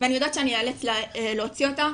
ואני יודעת שאאלץ להוציא אותן,